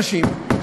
אנשים,